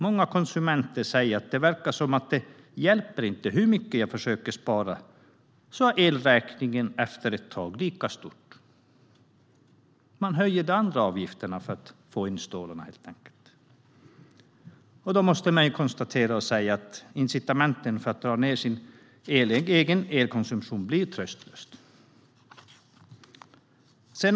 Många konsumenter säger att hur mycket de än försöker spara el är elräkningen efter ett tag lika stor. Man höjer helt enkelt de andra avgifterna för att få in stålarna. Att då motivera kunderna att dra ned på sin elkonsumtion känns ganska tröstlöst.